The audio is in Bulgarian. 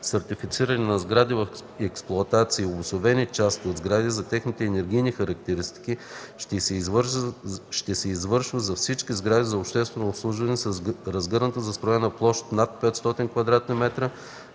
сертифициране на сгради в експлоатация и обособени части от сгради за техните енергийни характеристики ще се извършва за всички сгради за обществено обслужване с разгъната застроена площ над 500 м2,